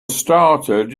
started